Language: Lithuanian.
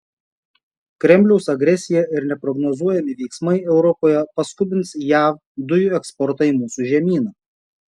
kremliaus agresija ir neprognozuojami veiksmai europoje paskubins jav dujų eksportą į mūsų žemyną